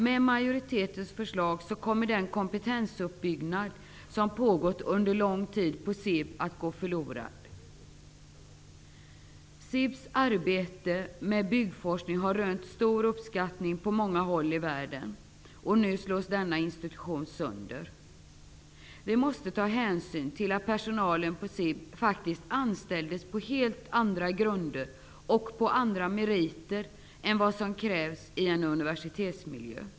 Med majoritetens förslag kommer den kompetensuppbyggnad som pågått under lång tid på SIB att gå förlorad. SIB:s arbete med byggforskning har rönt stor uppskattning på många håll i världen, och nu slås denna institution sönder. Vi måste ta hänsyn till att personalen på SIB faktiskt anställdes på helt andra grunder och meriter än vad som krävs i en universitetsmiljö.